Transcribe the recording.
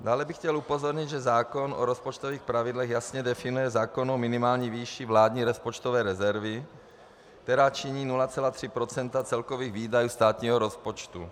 Dále bych chtěl upozornit, že zákon o rozpočtových pravidlech jasně definuje zákonnou minimální výši vládní rozpočtové rezervy, která činí 0,3 % celkových výdajů státního rozpočtu.